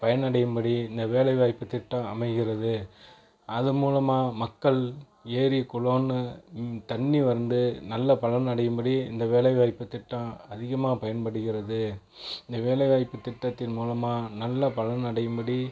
பயனடையும் படி இந்த வேலைவாய்ப்பு திட்டம் அமைகிறது அது மூலமாக மக்கள் ஏரி குளம்னு தண்ணி வந்து நல்ல பலன் அடையும் படி இந்த வேலைவாய்ப்பு திட்டம் அதிகமாக பயன்படுகிறது இந்த வேலைவாய்ப்பு திட்டத்தின் மூலமாக நல்ல பயனடையும் படி